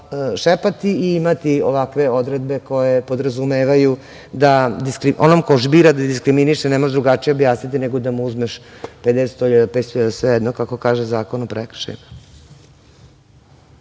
šetati i imati ovakve odredbe koje podrazumevaju da onom ko bira da diskriminiše ne može drugačije objasniti nego da mu uzmeš 50.000, 100.000, 500.000, svejedno, kako kaže Zakon o prekršajima.